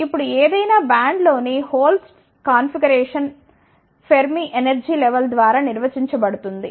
ఇప్పుడు ఏదైనా బ్యాండ్లోని holes concentration Fermi energy level ద్వారా నిర్వచించబడుతుంది